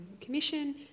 Commission